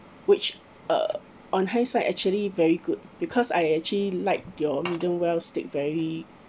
which uh on hindsight actually very good because I actually like your medium well steak very